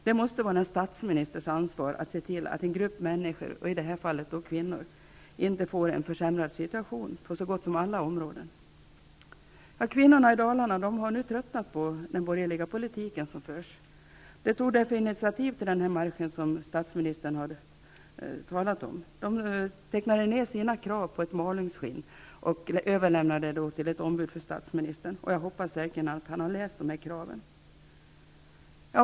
Det måste vara statsministerns ansvar att se till att en grupp människor, i detta fall kvinnor, inte får en försämrad situation på så gott som alla områden. Kvinnorna i Dalarna har nu tröttnat på den borgerliga politiken. De tog därför initiativ till den här marschen som kulturministern har talat om. De tecknade ner sina krav på Malungsskinn och överlämnade det till ett ombud för statsministern. Jag hoppas att statsministern verkligen har läst dessa krav.